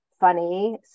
funny